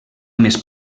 més